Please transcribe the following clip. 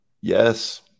Yes